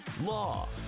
law